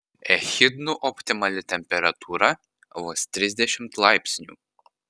echidnų optimali temperatūra vos trisdešimt laipsnių